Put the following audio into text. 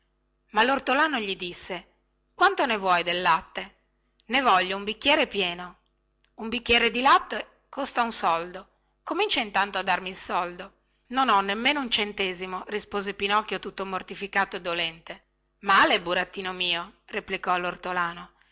ma lortolano gli disse quanto ne vuoi del latte ne voglio un bicchiere pieno un bicchiere di latte costa un soldo comincia intanto dal darmi il soldo non ho nemmeno un centesimo rispose pinocchio tutto mortificato e dolente male burattino mio replicò lortolano